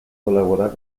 colaborar